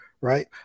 right